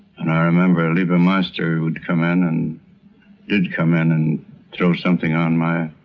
and i remember lieber meister who'd come in and did come in and throw something on my